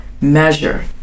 Measure